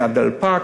מהדלפק,